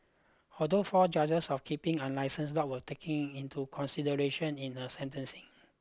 other four charges of keeping unlicensed dogs were taken into consideration in her sentencing